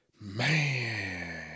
Man